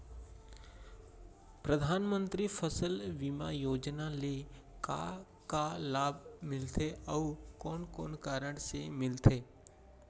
परधानमंतरी फसल बीमा योजना ले का का लाभ मिलथे अऊ कोन कोन कारण से मिलथे?